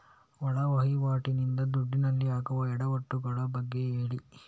ಒಳ ವಹಿವಾಟಿ ನಿಂದ ದುಡ್ಡಿನಲ್ಲಿ ಆಗುವ ಎಡವಟ್ಟು ಗಳ ಬಗ್ಗೆ ಹೇಳಿ